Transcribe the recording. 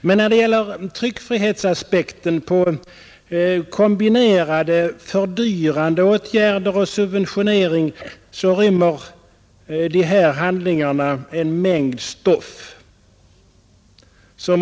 Men när det gäller tryckfrihetsaspekten på kombinerade fördyrande åtgärder och subventionering rymmer dessa handlingar en mängd stoff.